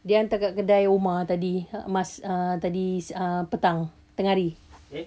dia hantar kat kedai omar tadi mas~ uh mas~ uh petang tengah hari